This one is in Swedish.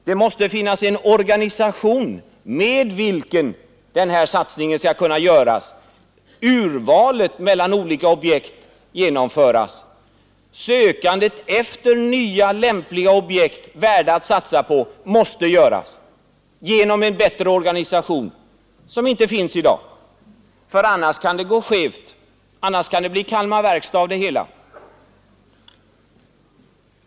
Det måste också finnas en organisation med vilken satsningen kan göras och urvalet mellan olika objekt genomföras. Sökandet efter nya lämpliga objekt, värda att satsa på, måste ske genom en bättre organisation än som finns i dag. Annars kan det gå skevt, annars kan det bli Kalmar Verkstad av det hela.